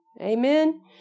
Amen